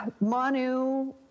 Manu